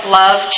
love